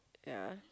ya